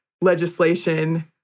legislation